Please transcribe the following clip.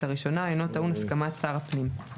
הראשונה אינו טעון הסכמת שר הפנים.";